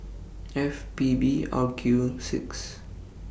F P B R Q six